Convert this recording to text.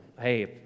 Hey